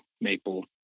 maple